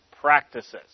practices